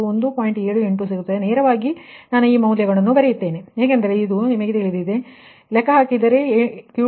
78 ಎಂದು ಸಿಗುತ್ತದೆ ನೇರವಾಗಿ ನಾನು ಮೌಲ್ಯವನ್ನು ಬರೆಯುತ್ತೇನೆ ಏಕೆಂದರೆ ಇದು ನಿಮಗೆ ಇದೀಗ ತಿಳಿದಿದೆ ಮತ್ತು Q2ಲೆಕ್ಕ ಹಾಕಿದರೆ 0